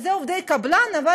שהם עובדי קבלן אבל